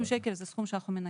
50 שקל זה סכום שאנחנו מנכים,